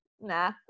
nah